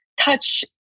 touch